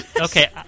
Okay